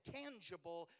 tangible